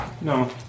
no